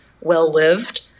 well-lived